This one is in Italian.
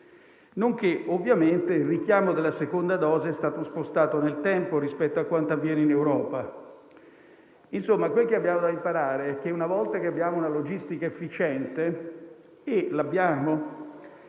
inoltre, ovviamente il richiamo della seconda dose è stato spostato nel tempo rispetto a quanto avviene in Europa. Insomma, quel che abbiamo da imparare è che, una volta che abbiamo una logistica efficiente (e l'abbiamo),